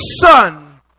son